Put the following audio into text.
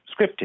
scripted